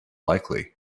likely